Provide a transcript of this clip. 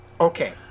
Okay